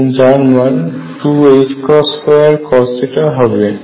এবং যার মান 2ℏ2cos হবে